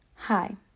Hi